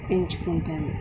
ఎంచుకుంటాను